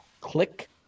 click